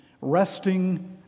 resting